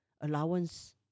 allowance